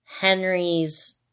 Henry's